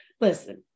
listen